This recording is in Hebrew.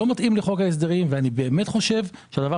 לא מתאים לחוק ההסדרים ואני באמת חושב שהדבר